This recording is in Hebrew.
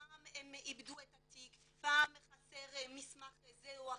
פעם הם איבדו את התיק, פעם חסר מסמך זה או אחר,